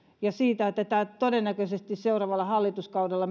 ja siitä että todennäköisesti seuraavalla hallituskaudella